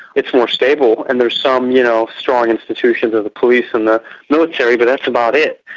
it's more stable and there's some, you know, strong institutions of the police and the military, but that's about it.